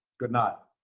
good night.